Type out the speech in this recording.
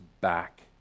back